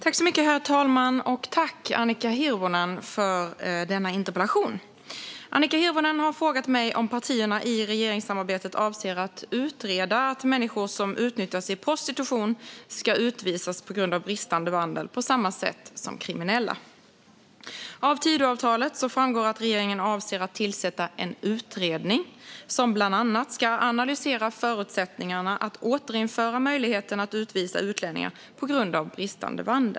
Herr talman! Tack, Annika Hirvonen, för interpellationen! Annika Hirvonen har frågat mig om partierna i regeringssamarbetet avser att utreda att människor som utnyttjas i prostitution ska utvisas på grund av bristande vandel på samma sätt som kriminella. Av Tidöavtalet framgår att regeringen avser att tillsätta en utredning som bland annat ska analysera förutsättningarna att återinföra möjligheten att utvisa utlänningar på grund av bristande vandel.